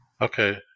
Okay